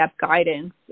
guidance